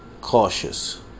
cautious